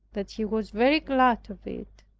that he was very glad of it.